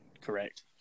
Correct